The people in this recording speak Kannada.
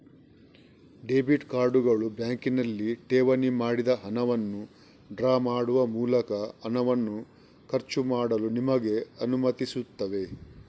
ಡೆಬಿಟ್ ಕಾರ್ಡುಗಳು ಬ್ಯಾಂಕಿನಲ್ಲಿ ಠೇವಣಿ ಮಾಡಿದ ಹಣವನ್ನು ಡ್ರಾ ಮಾಡುವ ಮೂಲಕ ಹಣವನ್ನು ಖರ್ಚು ಮಾಡಲು ನಿಮಗೆ ಅನುಮತಿಸುತ್ತವೆ